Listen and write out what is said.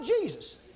Jesus